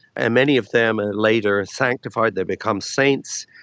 and many of them are later sanctified, they become saints,